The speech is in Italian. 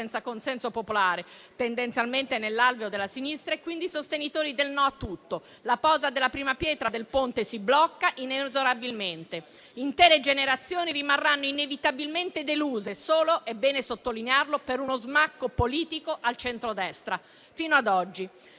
consenso popolare, tendenzialmente nell'alveo della sinistra e quindi sostenitori del no a tutto. La posa della prima pietra del Ponte si blocca inesorabilmente. Intere generazioni rimarranno inevitabilmente deluse, solo - è bene sottolinearlo - per uno smacco politico al centrodestra, fino ad oggi.